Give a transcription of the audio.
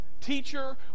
teacher